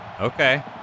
Okay